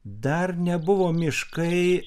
dar nebuvo miškai